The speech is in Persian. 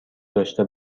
داشته